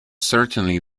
certainly